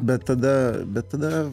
bet tada bet tada